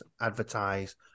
advertise